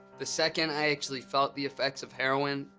the second i actually felt the effects of heroin,